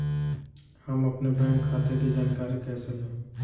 हम अपने बैंक खाते की जानकारी कैसे लें?